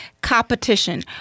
competition